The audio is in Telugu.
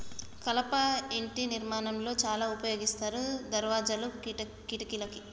కలప ఇంటి నిర్మాణం లో చాల ఉపయోగిస్తారు దర్వాజాలు, కిటికలకి